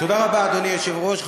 תודה רבה, אדוני היושב-ראש.